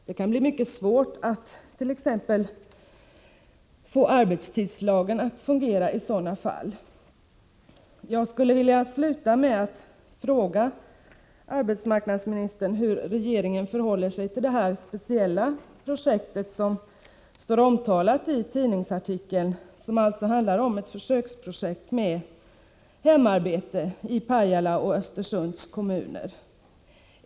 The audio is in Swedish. Det kan bli mycket svårt att t.ex. få arbetstidslagen att fungera i sådana fall. Jag vill avsluta med att fråga arbetsmarknadsministern hur regeringen förhåller sig till det speciella projekt som står omtalat i tidningsartikeln. Det handlar alltså om ett försöksprojekt med hemarbete i Pajala och Östersunds kommuner.